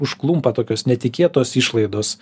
užklumpa tokios netikėtos išlaidos